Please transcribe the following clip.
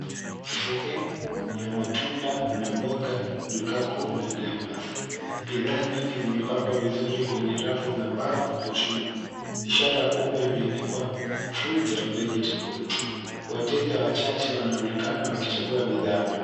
Sehemu ya matunda na mboga duka kuu la Naivas. Bidhaa nyingi zimepangwa vizuri kwenye rafu za mbao na chuma. Ishara kubwa imeandikwa [cs ] fruits and vegetables[cs ]. Wateja wachache wanaonekane wakichagua bidhaa.